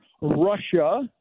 Russia